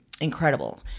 incredible